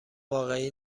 واقعی